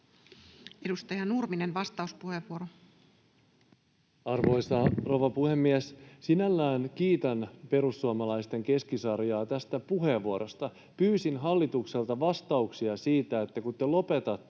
laeiksi Time: 15:36 Content: Arvoisa rouva puhemies! Sinällään kiitän perussuomalaisten Keskisarjaa tästä puheenvuorosta. Pyysin hallitukselta vastauksia siihen, että kun te lopetatte